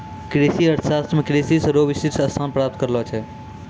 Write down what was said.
कृषि अर्थशास्त्र मे कृषि रो विशिष्ट स्थान प्राप्त करलो छै